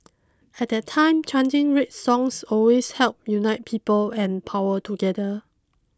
at that time chanting red songs always helped unite people and power together